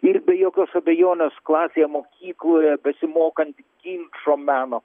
ir be jokios abejonės klasėje mokykloje besimokant ginčo meno